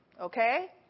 Okay